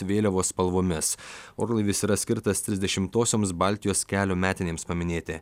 vėliavos spalvomis orlaivis yra skirtas trisdešimtosioms baltijos kelio metinėms paminėti